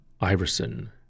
Iverson